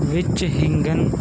ਵਿਚਹਿੰਗਨ